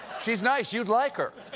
she's nice. you would like her.